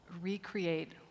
recreate